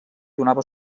donava